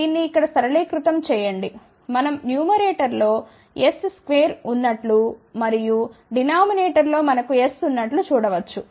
ఇప్పుడు దీన్ని ఇక్కడ సరళీకృతం చేయండి మనం న్యూమరేటర్ లో s స్క్వెర్ ఉన్నట్లు మరియు డినామినేటర్ లో మనకు s ఉన్నట్లు చూడ వచ్చు